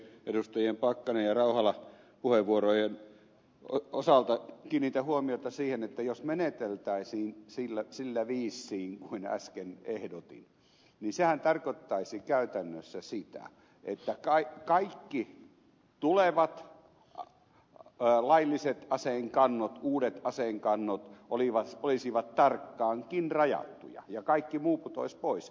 edustajien pakkasen ja rauhalan puheenvuorojen osalta kiinnitän huomiota siihen että jos meneteltäisiin sillä viisiin kuin äsken ehdotin niin sehän tarkoittaisi käytännössä sitä että kaikki tulevat lailliset aseenkannot uudet aseenkannot olisivat tarkkaankin rajattuja ja kaikki muu putoaisi pois